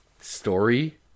story